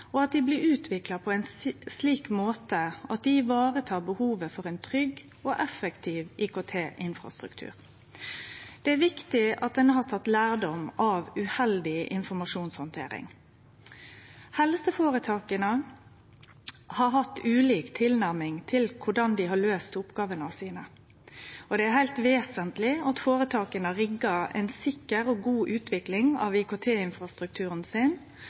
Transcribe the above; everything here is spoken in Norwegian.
pasientinformasjonen som dei forvaltar og sjå til at systema er oppdaterte og blir utvikla på ein slik måte at dei varetar behovet for ein trygg og effektiv IKT-infrastruktur. Det er viktig at ein har tatt lærdom av uheldig informasjonshandtering. Helseføretaka har hatt ulik tilnærming til korleis ein har løyst oppgåvene sine, og det er heilt vesentleg at føretaka riggar ei sikker og god utvikling av IKT-infrastrukturen sin,